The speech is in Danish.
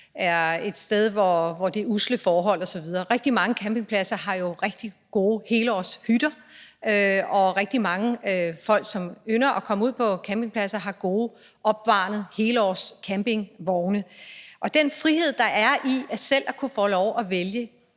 er et sted, hvor der er usle forhold osv. Rigtig mange campingpladser har jo rigtig gode helårshytter, og rigtig mange folk, som ynder at komme ud på campingpladserne, har gode, opvarmede helårscampingvogne. Henset til den frihed, der er i selv at kunne få lov at vælge